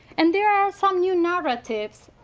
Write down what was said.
and there are some new narratives